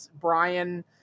Brian